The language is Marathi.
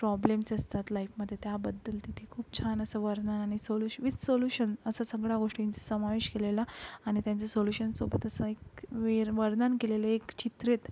प्रॉब्लेम्स असतात लाईपमध्ये त्याबद्दल तिथे खूप छान असं वर्णन आणि सोलूश विथ सोलूशन असं सगळा गोष्टी समावेश केलेला आणि त्यांचं सोलूशनसोबतस लाईक वेर वर्णन केलेले एक चित्रित